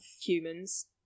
humans